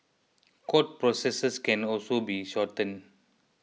court processes can also be shortened